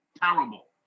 Terrible